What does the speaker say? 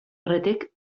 aurretik